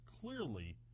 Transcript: clearly